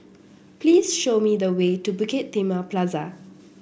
please show me the way to Bukit Timah Plaza